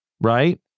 right